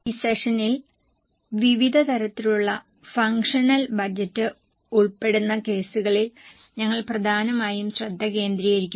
ഈ സെഷനിൽ വിവിധ തരത്തിലുള്ള ഫംഗ്ഷണൽ ബജറ്റ് ഉൾപ്പെടുന്ന കേസുകളിൽ ഞങ്ങൾ പ്രധാനമായും ശ്രദ്ധ കേന്ദ്രീകരിക്കും